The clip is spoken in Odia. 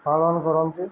ପାଳନ କରନ୍ତି